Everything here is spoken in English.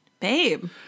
Babe